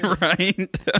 Right